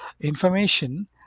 information